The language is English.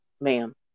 Ma'am